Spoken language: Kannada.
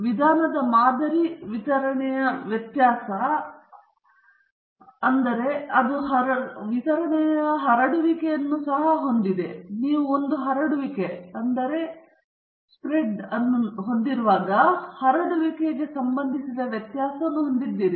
ವಿಧಾನದ ಮಾದರಿ ವಿತರಣೆಯ ವ್ಯತ್ಯಾಸವು ಆದ್ದರಿಂದ ವಿಧಾನಗಳ ಮಾದರಿ ವಿತರಣೆಯು ಸಹ ಹರಡುವಿಕೆಯನ್ನು ಹೊಂದಿದೆ ಆದ್ದರಿಂದ ನೀವು ಒಂದು ಹರಡುವಿಕೆಯನ್ನು ಹೊಂದಿರುವಾಗ ನಂತರ ನೀವು ಹರಡುವಿಕೆಗೆ ಸಂಬಂಧಿಸಿದ ವ್ಯತ್ಯಾಸವನ್ನು ಹೊಂದಿದ್ದೀರಿ